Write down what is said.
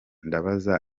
ndabaza